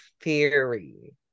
theory